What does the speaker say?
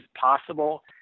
possible